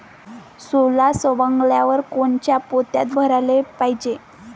सोला सवंगल्यावर कोनच्या पोत्यात भराले पायजे?